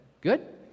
Good